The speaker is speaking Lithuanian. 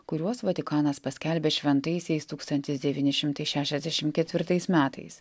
kuriuos vatikanas paskelbė šventaisiais tūkstantis devyni šimtai šešiasdešim ketvirtais metais